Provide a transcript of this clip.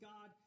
God